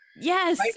Yes